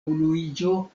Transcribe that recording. unuiĝo